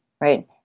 right